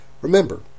Remember